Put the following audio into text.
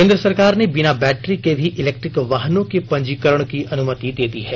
केंद्र सरकार ने बिना बैट्री के भी इलेक्ट्रिक वाहनों के पंजीकरण की अनुमति दे दी है